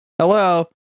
hello